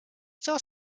still